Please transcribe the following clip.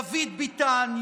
דוד ביטן,